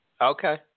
Okay